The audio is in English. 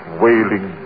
wailing